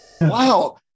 Wow